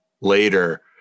later